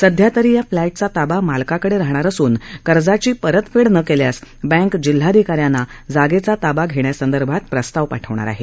सध्या तरी या फ्लॅटचा ताबा मालकाकडे राहणार असून कर्जाची परतफेड न केल्यास बँक जिल्हाधिका यांना जागेचा ताबा घेण्यासंदर्भात प्रस्ताव पाठवणार आहे